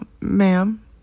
Ma'am